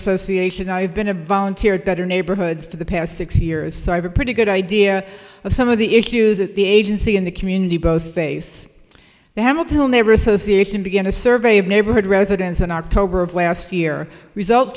dissociation i've been a volunteer at better neighborhoods to the past six years so i have a pretty good idea of some of the issues that the agency in the community both face hamilton when they were association began a survey of neighborhood residents in october of last year result